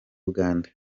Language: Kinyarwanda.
uganda